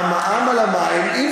אסביר לך.